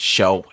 Show